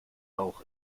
auch